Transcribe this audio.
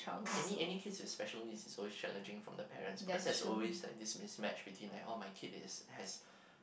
any any kids in special needs is always challenging from the parents because there's always have this mix match between like oh my kid is has